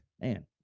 man